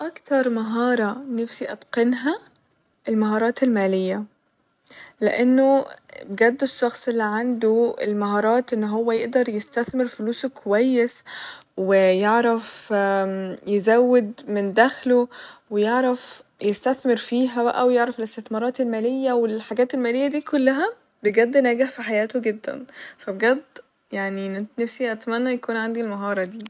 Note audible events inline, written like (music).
اكتر مهارة نفسي أتقنها ، المهارات المالية لإنه (hesitation) بجد الشخص اللي عنده المهارات إن هو يقدر يستثمر فلوسه كويس ويعرف (hesitation) يزود من دخله ويعرف يستثمر فيها بقى ويعرف الاستثمارات المالية والحاجات المالية دي كلها بجد ناجح ف حياته جدا فبجد يعني نفسي أتمنى يكون عندي المهارة دي